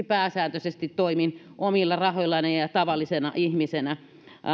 pääsääntöisesti toimin omilla rahoillani ja ja tavallisena ihmisenä